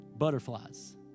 butterflies